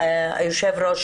אדוני היושב-ראש,